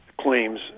Claims